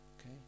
Okay